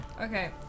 Okay